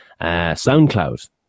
SoundCloud